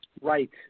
Right